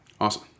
Awesome